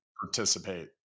participate